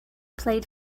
played